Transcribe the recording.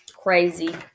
crazy